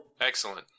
Excellent